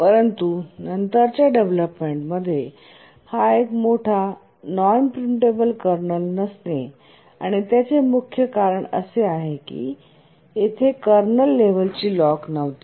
परंतु नंतरच्या डेव्हलोपमेंटमध्ये हा एक मोठा नॉन प्रिम्पटेबल कर्नल नसणे आणि त्याचे मुख्य कारण असे की तेथे कर्नल लेव्हल ची लॉक नव्हती